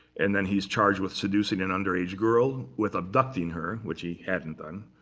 and then he's charged with seducing an underage girl, with abducting her, which he hadn't done.